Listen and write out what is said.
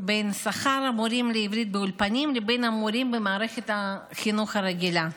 בין שכר המורים לעברית באולפנים לבין המורים במערכת החינוך הרגילה.